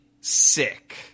sick